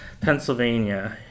Pennsylvania